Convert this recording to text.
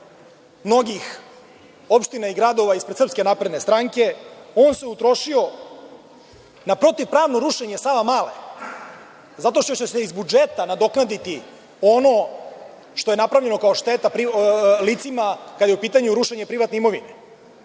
mnogih opština i gradova ispred SNS, on se utrošio na protiv-pravno rušenje Savamale. Zato će se iz budžeta nadoknaditi ono što je napravljeno kao šteta licima kada je u pitanju rušenje privatne imovine. Dakle,